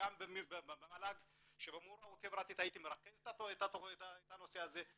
שגם במל"ג שבמעורבות החברתית הייתי מרכז את הנושא הזה,